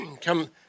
come